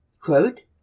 Quote